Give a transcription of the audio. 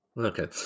Okay